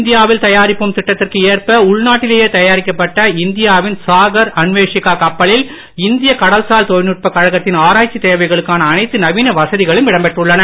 இந்தியாவில் தயாரிப்போம் திட்டத்திற்கு ஏற்ப உள்நாட்டிலேயே தயாரிக்கப்பட்ட இந்தியாவின் சாகர் அன்வேஷிகா கப்பலில் இந்திய கடல்சார் தொழில்நுட்பக் கழகத்தின் ஆராய்ச்சித் தேவைகளுக்கான அனைத்து நவீன வசதிகளும் இடம்பெற்றுள்ளன